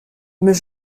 mais